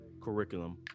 curriculum